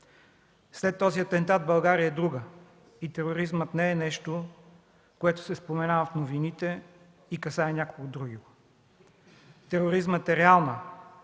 След този атентат България е друга и тероризмът не е нещо, което се споменава в новините и касае някого другиго. Тероризмът е реална